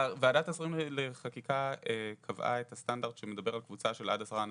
ועדת השרים לחקיקה קבעה את הסטנדרט שמדבר על קבוצה של עד עשרה אנשים,